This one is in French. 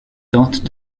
tente